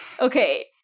Okay